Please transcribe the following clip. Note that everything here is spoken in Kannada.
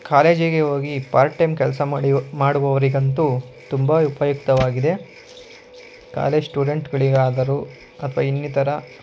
ಕಾಲೇಜಿಗೆ ಹೋಗಿ ಪಾರ್ಟ್ ಟೈಮ್ ಕೆಲಸ ಮಾಡುವ ಮಾಡುವವರಿಗಂತೂ ತುಂಬ ಉಪಯುಕ್ತವಾಗಿದೆ ಕಾಲೇಜ್ ಸ್ಟೂಡೆಂಟ್ಗಳಿಗಾದರು ಅಥ್ವ ಇನ್ನಿತರ